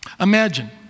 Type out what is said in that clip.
Imagine